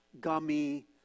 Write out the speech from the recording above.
gummy